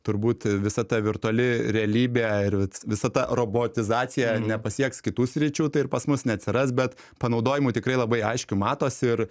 turbūt visa ta virtuali realybė ir vits visa ta robotizacija nepasieks kitų sričių tai ir pas mus neatsiras bet panaudojimui tikrai labai aiškiai matosi ir